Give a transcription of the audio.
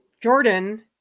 Jordan